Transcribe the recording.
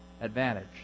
advantage